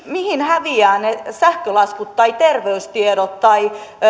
mihin häviävät ne sähkölaskut tai terveystiedot tai